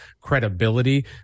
credibility